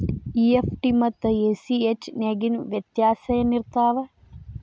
EFT ಮತ್ತ ACH ನ್ಯಾಗಿನ್ ವ್ಯೆತ್ಯಾಸೆನಿರ್ತಾವ?